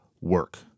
work